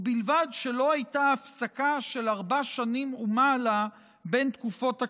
ובלבד שלא הייתה הפסקה של ארבע שנים ומעלה בין תקופות הכהונה.